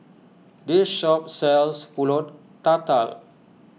this shop sells Pulut Tatal